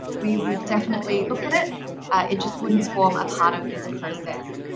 we would definitely look at it. it just wouldn't form a part of this process.